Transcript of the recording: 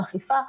באכיפה,